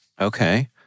Okay